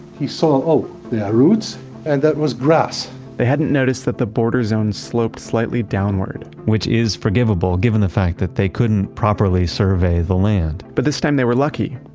he saw, oh that roots and that was grass they hadn't noticed that the border zone sloped slightly downward which is forgivable given the fact that they couldn't properly survey the land but this time, they were lucky.